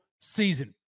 season